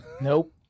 Nope